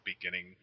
beginning